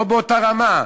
לא באותה רמה,